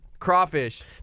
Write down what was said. crawfish